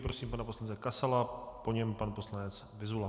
Prosím pana poslance Kasala, po něm pan poslanec Vyzula.